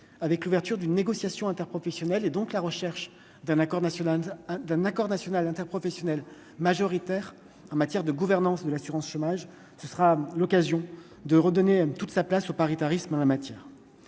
avec l'ouverture d'une négociation interprofessionnelle et donc la recherche d'un accord national d'un d'un accord national interprofessionnel majoritaire en matière de gouvernance de l'assurance chômage, ce sera l'occasion de redonner, M. toute sa place au paritarisme en la matière,